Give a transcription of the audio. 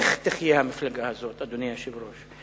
איך תחיה המפלגה הזאת, אדוני היושב-ראש?